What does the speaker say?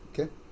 Okay